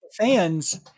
Fans